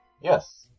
Yes